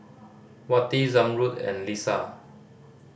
Wati Zamrud and Lisa